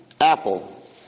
Apple